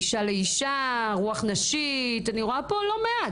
אישה לאישה, רוח נשית אני רואה פה לא מעט